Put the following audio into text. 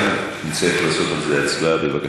אנחנו נצטרך לעשות על זה הצבעה.